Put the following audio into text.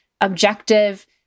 objective